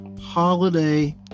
holiday